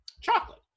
Chocolate